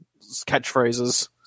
catchphrases